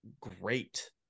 great